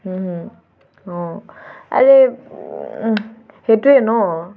অঁ আৰে সেইটোৱে ন'